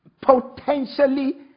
potentially